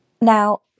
Now